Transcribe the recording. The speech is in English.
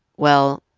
well,